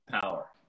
power